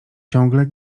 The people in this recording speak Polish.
ciągle